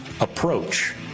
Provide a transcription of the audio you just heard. approach